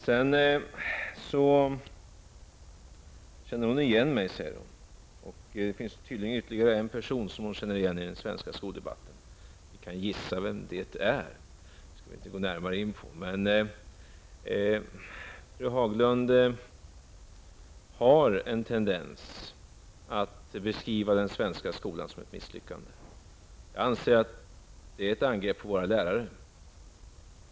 Ann-Cathrine Haglund säger att hon känner igen mig. Det finns tydligen ytterligare en person som hon känner igen i den svenska skoldebatten. Vi kan gissa vem det är. Men det skall vi inte närmare gå in på. Fru Haglund har en tendens att beskriva den svenska skolan som ett misslyckande. Jag anser att det är ett angrepp på våra lärare.